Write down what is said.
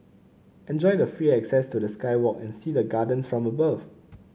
enjoy the free access to the sky walk and see the gardens from above